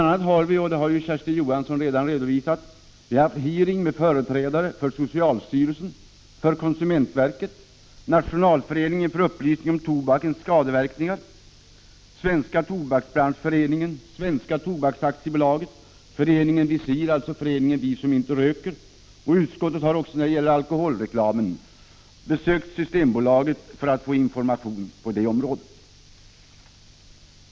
a. har vi, som Kersti Johansson redan redovisade, haft hearing med företrädare för socialstyrelsen, konsumentverket, Nationalföreningen för upplysning om tobakens skadeverkningar, Svenska tobaksbranschföreningen, Svenska Tobaks AB och Föreningen Visir . Utskottet har också när det gäller alkoholreklamen besökt Systembolaget för att få information på det området.